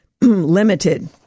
Limited